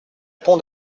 pont